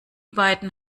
beiden